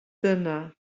dyna